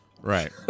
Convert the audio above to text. right